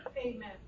Amen